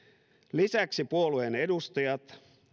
lisäksi puolueen edustajat